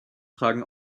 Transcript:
tragen